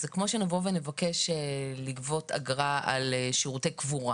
זה כמו שנבוא ונבקש לגבות אגרה על שירותי קבורה